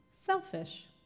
selfish